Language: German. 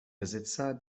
besitzer